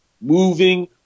Moving